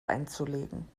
einzulegen